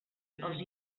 els